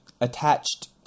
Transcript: attached